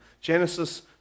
Genesis